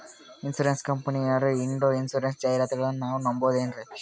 Insurance ಕಂಪನಿಯರು ನೀಡೋ insurance ಜಾಹಿರಾತುಗಳನ್ನು ನಾವು ನಂಬಹುದೇನ್ರಿ?